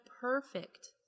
perfect